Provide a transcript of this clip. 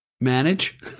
manage